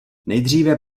nejdříve